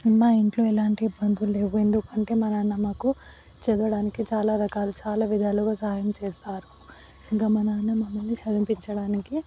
మా ఇంట్లో ఎలాంటి ఇబ్బందులు లేవు ఎందుకంటే మా నాన్న మాకు చదవడానికి చాలా రకాలు చాలా విధాలుగా సహాయం చేస్తారు ఇంకా మా నాన్న మమ్మల్ని చదివించడానికి